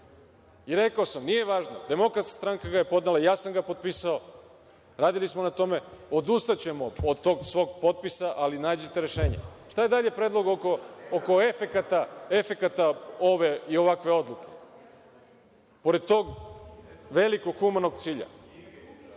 i rekao sam – nije važno, DS ga je podnela, ja sam ga potpisao, radili smo na tome, odustaćemo od tog svog potpisa, ali nađite rešenje. Šta je dalje predlog oko efekata ove odluke, pored tog velikog humanog cilja?